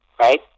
Right